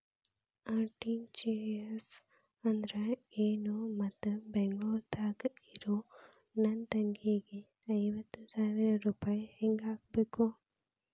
RTGS ಅಂದ್ರ ಏನು ಮತ್ತ ಬೆಂಗಳೂರದಾಗ್ ಇರೋ ನನ್ನ ತಂಗಿಗೆ ಐವತ್ತು ಸಾವಿರ ರೂಪಾಯಿ ಹೆಂಗ್ ಹಾಕಬೇಕು?